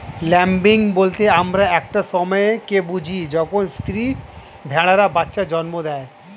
lambing বলতে আমরা একটা সময় কে বুঝি যখন স্ত্রী ভেড়ারা বাচ্চা জন্ম দেয়